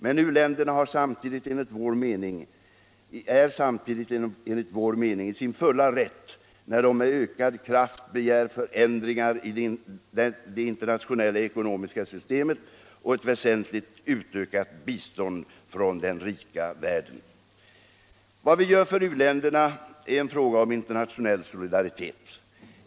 Men u-länderna är samtidigt enligt vår mening i sin fulla rätt när de med ökad kraft begär förändringar i det internationella ekonomiska systemet och ett väsentligt utökat bistånd från den rika världen. Vad vi gör för u-länderna är en fråga om internationell solidaritet.